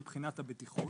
מבחינת הבטיחות